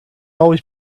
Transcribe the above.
always